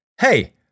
Hey